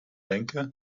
denke